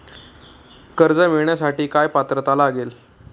कर्ज मिळवण्यासाठी काय पात्रता लागेल?